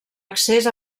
accés